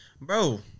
Bro